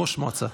ראש מועצה.